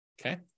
Okay